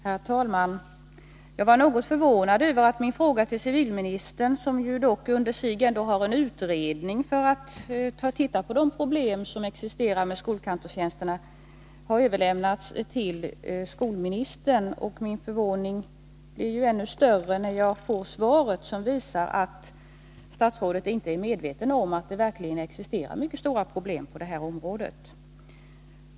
Herr talman! Jag blev något förvånad när jag fann att min fråga till civilministern, som ju inom sitt område har en utredning som skall titta på de problem som existerar när det gäller skolkantorstjänsterna, i stället har överlämnats till skolministern. Min förvåning är ännu större nu när jag tagit del av svaret, av vilket framgår att statsrådet inte är medveten om att det verkligen finns mycket stora problem på det här området.